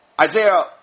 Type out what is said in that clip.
Isaiah